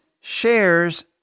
shares